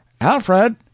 Alfred